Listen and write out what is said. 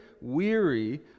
weary